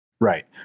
Right